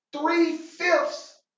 three-fifths